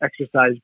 exercise